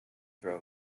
throw